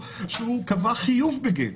שהוא קבע חיוב בגט,